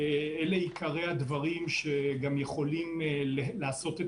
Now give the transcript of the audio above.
אלה עיקרי הדברים שגם יכולים לעשות את